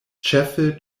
ĉefe